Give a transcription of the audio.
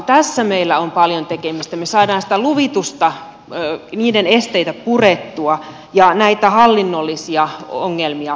tässä meillä on paljon tekemistä että me saamme sitä luvitusta sen esteitä purettua ja näitä hallinnollisia ongelmia pois